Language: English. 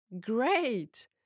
Great